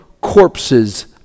corpses